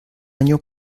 año